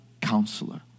counselor